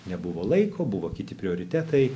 nebuvo laiko buvo kiti prioritetai